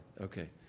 okay